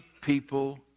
people